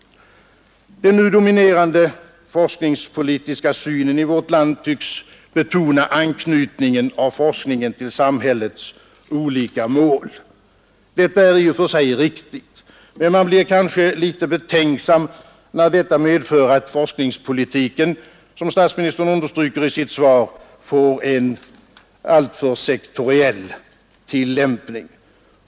Den nu dominerande forskningspolitiska synen i vårt land tycks betona anknytningen av forskningen till samhällets olika mål. Detta är i och för sig riktigt, men man blir kanske något betänksam när detta medför att forskningspolitiken, som statsministern underströk i sitt svar, får en alltför sektoriell tillämpning.